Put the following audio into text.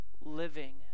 living